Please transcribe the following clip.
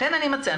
לכן אני מציעה,